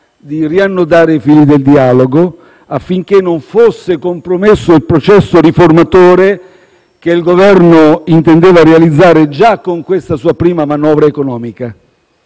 di riannodare i fili del dialogo affinché non fosse compromesso il processo riformatore che il Governo intendeva realizzare già con questa sua prima manovra economica.